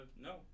No